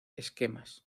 esquemas